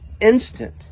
instant